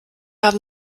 haben